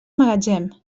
magatzem